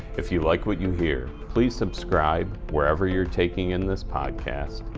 if you like what you hear, please subscribe where ever you're taking in this podcast,